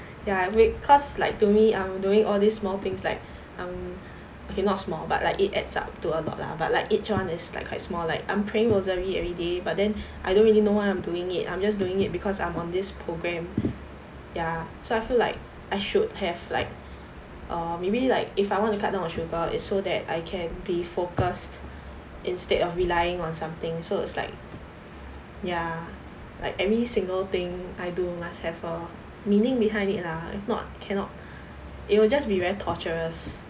ya wait cause like to me I'm doing all these small things like I'm okay not small but like it adds up to a lot lah but like each one is like quite small like I'm praying rosary every day but then I don't really know why I'm doing it I'm just doing it because I'm on this program ya so I feel like I should have like err maybe like if I want to cut down on sugar is so that I can be focused instead of relying on something so it's like ya like any single thing I do must have a meaning behind it lah if not cannot it will just be very torturous